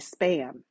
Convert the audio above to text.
spam